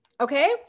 okay